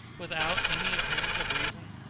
without any appearance of reason?